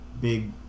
big